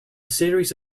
series